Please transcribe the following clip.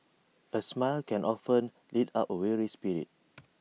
A smile can often lift up A weary spirit